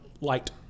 light